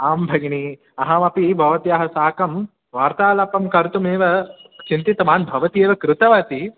आं भगिनी अहमपि भवत्याः साकं वार्तालापं कर्तुमेव चिन्तितवान् भवती एव कृतवती